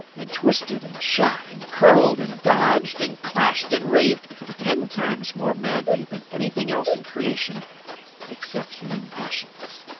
and twisted and shot and curled and dodged and clashed and raved ten times more madly than anything else in creation except human passions.